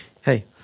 Hey